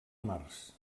març